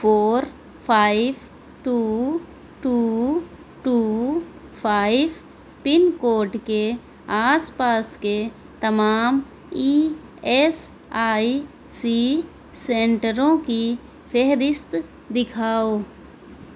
four five two two two five pin code کے آس پاس کے تمام ای ایس آئی سی سینٹروں کی فہرست دکھاؤ